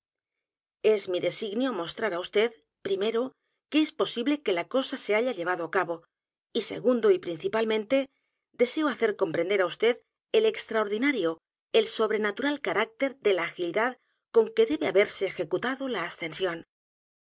acción esmi designio mostrar á vd primero que es posible que la cosa se haya llevado á cabo y segundo y principalmente deseo hacer comprender á vd el extraordinarioel sobrenatural carácter de la agilidad con que debe haberse ejecutado la ascensión